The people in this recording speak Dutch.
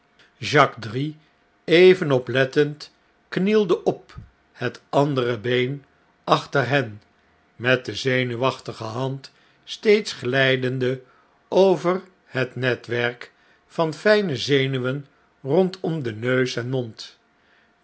jacques drie even oplettend knielde op het eene been achter hen met de zenuwachtige hand steeds glijdende over het netwerk van fljne zenuwen ro'ndom den neus en mond